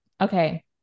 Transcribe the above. Okay